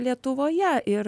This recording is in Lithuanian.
lietuvoje ir